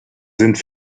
sind